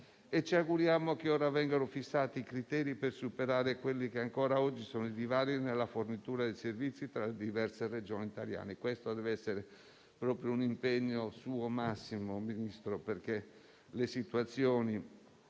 Ci auguriamo che vengano ora fissati i criteri per superare quelli che ancora oggi sono i divari nella fornitura di servizi tra le diverse Regioni italiane. Questo deve essere un suo impegno massimo, Ministro, perché la situazione